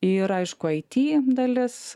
ir aišku it dalis